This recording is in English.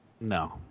No